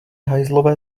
hajzlové